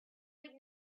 would